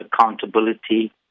accountability